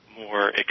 more